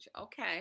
Okay